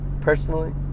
personally